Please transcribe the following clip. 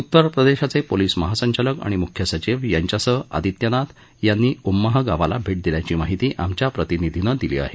उत्तर प्रदेशाचे पोलिस महासंचालक आणि मुख्य सचिव यांच्यासह आदित्यनाथ यांना उम्माह गावाला भे दिल्याची माहिती आमच्या प्रतिनिधीनं दिली आहे